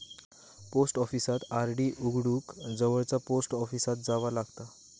post ऑफिसात RD उघडूक जवळचा पोस्ट ऑफिसात जावा लागता